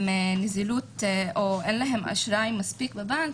מספיק אשראי בבנק,